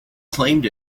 claimed